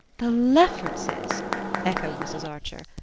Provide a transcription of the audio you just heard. the leffertses echoed mrs. archer.